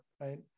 right